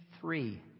three